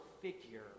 figure